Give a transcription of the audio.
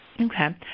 Okay